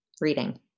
reading